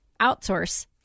outsource